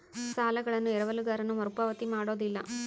ಸಾಲಗಳನ್ನು ಎರವಲುಗಾರನು ಮರುಪಾವತಿ ಮಾಡೋದಿಲ್ಲ